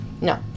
No